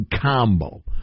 combo